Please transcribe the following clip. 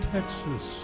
Texas